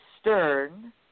stern